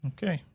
Okay